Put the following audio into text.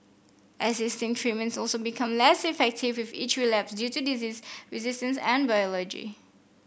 existing treatments also become less effective with each relapse due to disease resistance and biology